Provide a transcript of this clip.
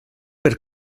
per